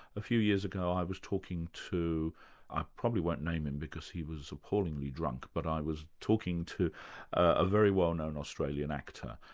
a few years ago i was talking to i probably won't name him, because he was appallingly drunk, but i was talking to a very well-known australian actor,